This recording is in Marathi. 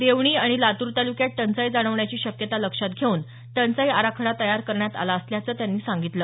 देवणी आणि लातूर तालुक्यात टंचाई जाणवण्याची शक्यता लक्षात घेऊन टंचाई आराखडा तयार करण्यात आला असल्याचं त्यांनी सांगितलं